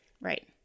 Right